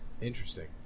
Interesting